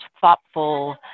thoughtful